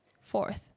Fourth